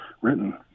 written